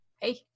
hey